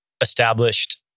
established